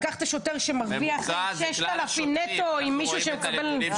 לקחת שוטר שמרוויח 6,000 נטו עם מישהו שמקבל ---?